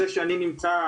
זה שאני נמצא,